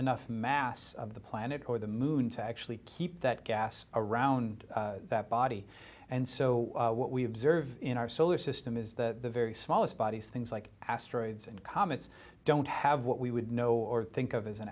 nuff mass of the planet or the moon to actually keep that gas around that body and so what we observe in our solar system is the very smallest bodies things like asteroids and comets don't have what we would know or think of as an